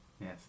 Yes